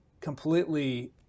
completely